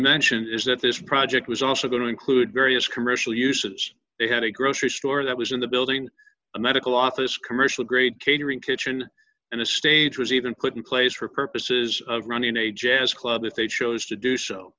mentioned is that this project was also going to include various commercial uses they had a grocery store that was in the building a medical office commercial grade catering kitchen and a stage was even put in place for purposes of running a jazz club if they chose to do so